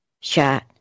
shot